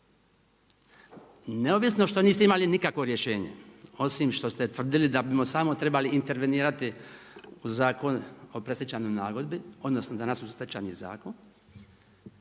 Neovisno što niste imali nikakvo rješenje osim što te tvrdili da bimo samo trebali intervenirati u Zakon o predstečajnoj nagodbi odnosno danas u Stečajni zakon,